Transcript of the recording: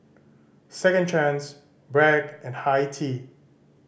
Second Chance Bragg and Hi Tea